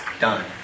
done